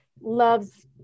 loves